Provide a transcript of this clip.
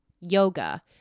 yoga